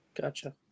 gotcha